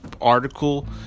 article